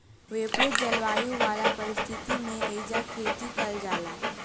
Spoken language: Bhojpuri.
विपरित जलवायु वाला परिस्थिति में एइजा खेती कईल जाला